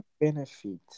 benefit